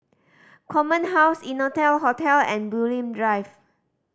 Command House Innotel Hotel and Bulim Drive